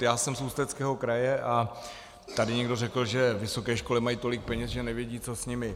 Já jsem z Ústeckého kraje a tady někdo řekl, že vysoké školy mají tolik peněz, že nevědí, co s nimi.